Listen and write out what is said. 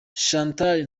chantal